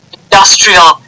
industrial